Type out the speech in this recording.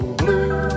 blue